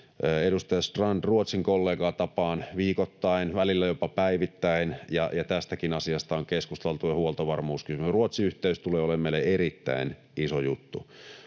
Edustaja Strand, Ruotsin kollegaa tapaan viikoittain, välillä jopa päivittäin, ja tästäkin asiasta on keskusteltu ja huoltovarmuuskysymyksestä. Ruotsi-yhteys tulee olemaan meille erittäin iso juttu.